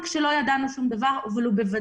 פרופסור סדצקי אמרה שהטלפון שלנו יודע --- אבל מה מידת